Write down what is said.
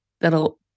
that'll